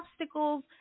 obstacles